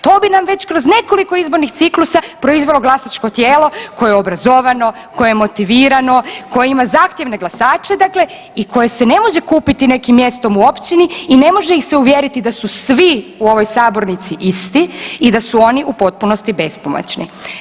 To bi nam već kroz nekoliko izbornih ciklusa proizvelo glasačko tijelo koje je obrazovano, koje je motivirano, koje ima zahtjevne glasače i koje se ne može kupiti nekim mjestom u općini i ne može ih se uvjeriti da su svi u ovoj sabornici isti i da su oni u potpunosti bespomoćni.